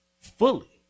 fully